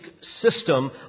system